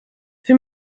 wir